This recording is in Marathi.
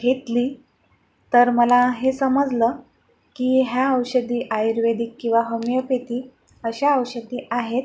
घेतली तर मला हे समजलं की ह्या औषधी आयुर्वेदिक किंवा होमिओपॅथी अशा औषधी आहेत